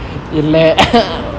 இல்ல(:illa